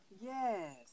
Yes